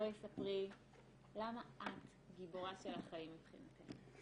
בואי ספרי למה את גיבורה של החיים מבחינתך.